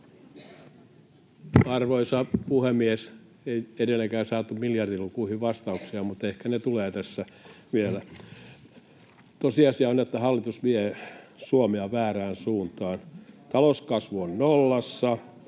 Arvoisa puhemies! Ei edelleenkään saatu miljardilukuihin vastauksia, mutta ehkä ne tulevat tässä vielä. — Tosiasia on, että hallitus vie Suomea väärään suuntaan. Talouskasvu on nollassa,